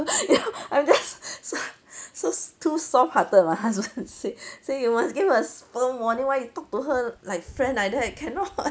you know I'm just so so too soft hearted my husband say say you must give her a firm warning why you talk to her like friend like that cannot